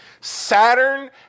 Saturn